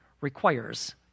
requires